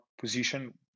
position